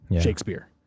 shakespeare